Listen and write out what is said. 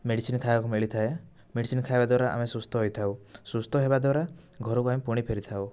medicine ଖାଇବାକୁ ମିଳିଥାଏ medicine ଖାଇବା ଦ୍ୱାରା ଆମେ ସୁସ୍ଥ ହୋଇଥାଉ ସୁସ୍ଥ ହେବା ଦ୍ୱାରା ଘରକୁ ଆମେ ପୁଣି ଫେରିଥାଉ